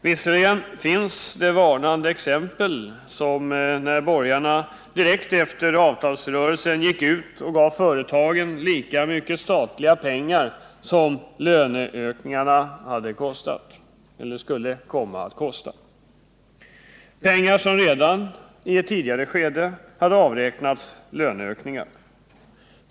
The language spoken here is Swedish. Visserligen finns det varnande exempel, som när borgarna direkt efter avtalsrörelsen gick ut och gav företagen lika mycket statliga pengar som löneökningarna hade kostat eller skulle komma att kosta, pengar som redan i ett tidigare skede hade avräknats i form av löneökningar.